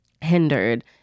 hindered